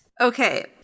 Okay